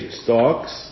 stalks